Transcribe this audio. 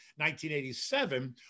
1987